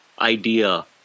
idea